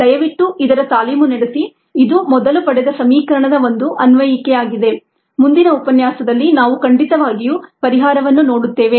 ದಯವಿಟ್ಟು ಇದರ ತಾಲೀಮು ನಡೆಸಿ ಇದು ಮೊದಲು ಪಡೆದ ಸಮೀಕರಣದ ಒಂದು ಅನ್ವಯಿಕೆಯಾಗಿದೆ ಮುಂದಿನ ಉಪನ್ಯಾಸದಲ್ಲಿ ನಾವು ಖಂಡಿತವಾಗಿಯೂ ಪರಿಹಾರವನ್ನು ನೋಡುತ್ತೇವೆ